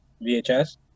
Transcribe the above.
vhs